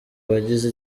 bagize